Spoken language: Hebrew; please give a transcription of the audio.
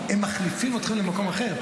הם מחליפים אתכם למקום אחר,